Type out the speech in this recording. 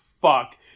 fuck